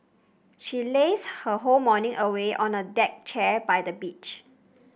she lazed her whole morning away on a deck chair by the beach